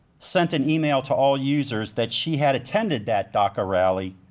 sent an email to all users that she had attended that daca rally,